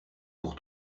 pour